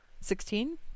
Sixteen